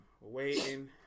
Waiting